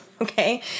okay